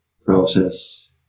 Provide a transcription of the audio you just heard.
process